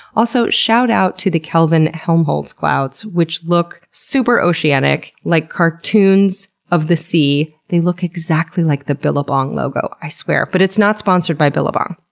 also, shoutout to the kelvin-helmholtz clouds, which look super oceanic, like cartoons of the sea. they look exactly like the billabong logo, i swear. but it's not sponsored by billabong.